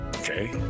Okay